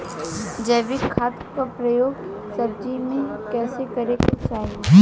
जैविक खाद क उपयोग सब्जी में कैसे करे के चाही?